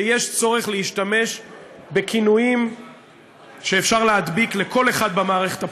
שיש צורך להשתמש בכינויים שאפשר להדביק לכל אחד במערכת הפוליטית: